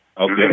Okay